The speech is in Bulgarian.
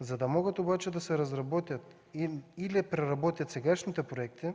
За да могат обаче да се разработят или преработят сегашните проекти,